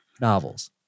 novels